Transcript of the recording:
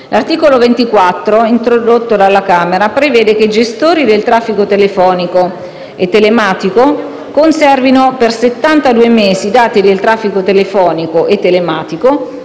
L'articolo 24, introdotto alla Camera, prevede che i gestori del traffico telefonico e telematico conservino per settantadue mesi i dati di traffico telefonico e telematico,